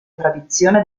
tradizione